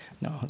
no